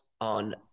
on